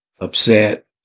upset